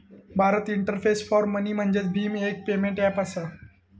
Bharat interface for money म्हणजेच भीम, एक पेमेंट ऐप असा